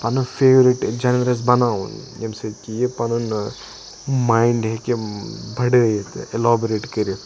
پَنُن favourite genre بَناوُن ییٚمہِ سۭتۍ کہِ یہِ پَنُن مایِنٛڈ ہیٚکہِ بَڑٲیِتھ اِلابریٹ کٔرِتھ